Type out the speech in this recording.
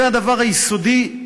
זה הדבר היסודי,